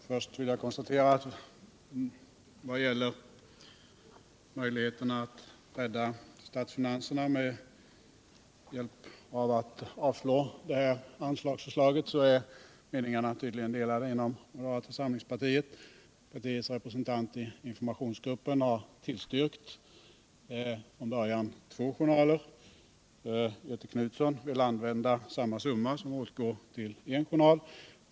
Herr talman! Jag kan konstatera att när det gäller möjligheterna att rädda statsfinanserna med hjälp av att avslå det här anslagsförslaget är meningarna tydligen delade inom moderata samlingspartiet. Partiets representant i informationsgruppen har från början tillstyrkt förslaget om två journaler. Göthe Knutson vill använda samma summa till annan information än en journal.